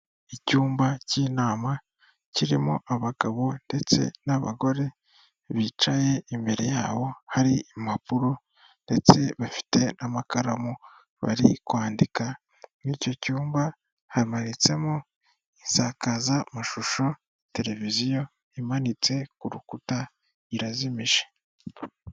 Icyumba cy'inama kirimo abagabo ndetse n'abagore, bicaye imbere yabo hari impapuro ndetse bafite n'amakaramu bari kwandika, muri icyo cyumba hamanitsemo insakazamashusho, televiziyo imanitse ku rukuta irazimije.